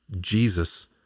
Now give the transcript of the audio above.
Jesus